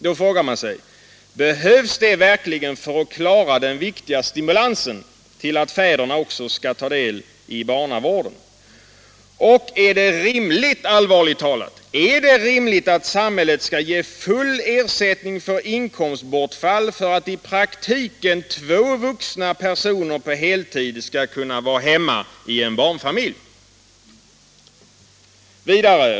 Då frågar man sig: Behövs det verkligen för att stimulera fäderna att ta del i barnavården? Och är det allvarligt talat rimligt att samhället skall ge full ersättning för inkomstbortfall för att i praktiken två vuxna personer på heltid skall kunna vara hemma i en barnfamilj?